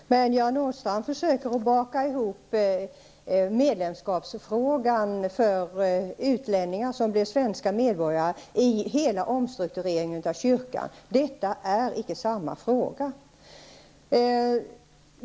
Herr talman! Göran Åstrand försöker baka ihop frågan om medlemskap för utlänningar som blir svenska medborgare med hela omstruktureringen av kyrkan. Det är inte samma fråga.